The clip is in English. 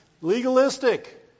Legalistic